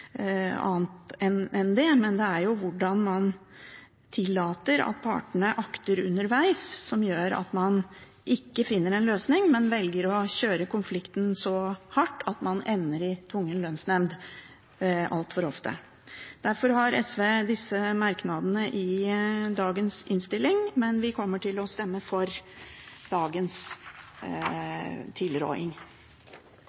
annet enn det, men det er jo hvordan man tillater at partene agerer undervegs, som gjør at man ikke finner en løsning, men velger å kjøre konflikten så hardt at man ender i tvungen lønnsnemnd altfor ofte. Derfor har SV disse merknadene i dagens innstilling, men vi kommer til å stemme for